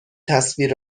تصویر